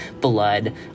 blood